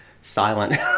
silent